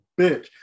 bitch